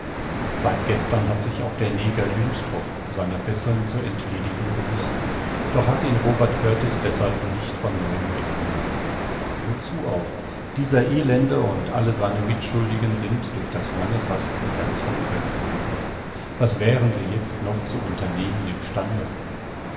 seit gestern hat sich auch der neger jynxtrop seiner fesseln zu entledigen gewußt doch hat ihn robert kurtis deshalb nicht von neuem binden lassen wozu auch dieser elende und alle seine mitschuldigen sind durch das lange fasten ganz von kräften gekommen was wären sie jetzt noch zu unternehmen im stande